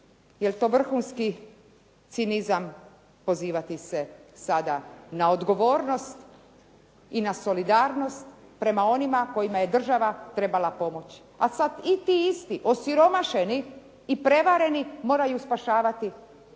li to vrhunski cinizam pozivati se sada na odgovornost i na solidarnost prema onima kojima je država trebala pomoći. A sad i ti isti osiromašeni i prevareni moraju spašavati